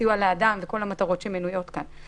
סיוע לאדם וכל המטרות שמנויות כאן.